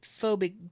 phobic